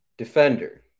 Defender